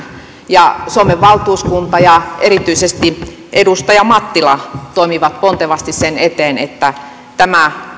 ja suomen valtuuskunta ja erityisesti edustaja mattila toimivat pontevasti sen eteen että tämä